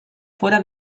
fuera